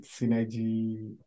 synergy